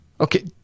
Okay